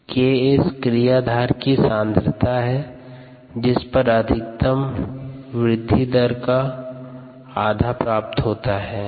S≫KS Ks क्रियाधार की सांद्रता है जिस पर अधिकतम वृद्धि दर का आधा प्राप्त होता हैं